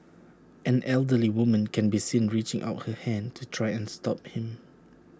an elderly woman can be seen reaching out her hand to try and stop him